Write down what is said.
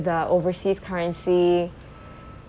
the overseas currency